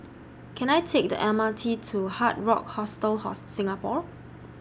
Can I Take The M R T to Hard Rock Hostel Singapore